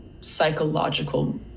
psychological